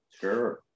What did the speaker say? sure